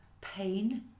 pain